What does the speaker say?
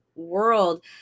world